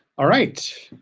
all right.